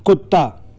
कुत्ता